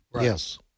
Yes